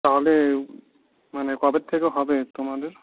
তাহলে মানে কবে থেকে হবে তোমাদের